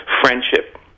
friendship